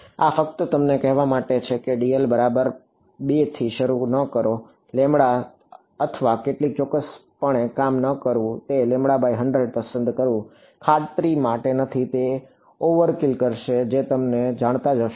આ ફક્ત તમને કહેવા માટે છે કે dl બરાબર બેથી શરૂ ન કરો અથવા કેટલીક ચોક્કસપણે કામ ન કરવું અને 100 પસંદ કરવું ખાતરી માટે નથી એક ઓવરકિલ કરશે જે તમે જાણતાજ હશો